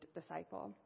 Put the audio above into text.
disciple